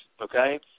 okay